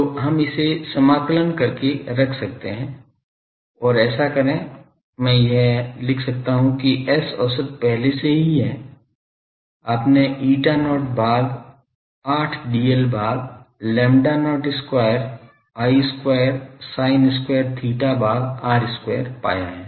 तो हम इसे समाकलन करके रख सकते है और ऐसा करें मैं यह लिख सकता हूं कि S औसत पहले से ही है आपने eta not भाग 8 dl भाग lambda not square I square sin square theta भाग r square पाया है